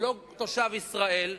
הוא לא תושב ישראל,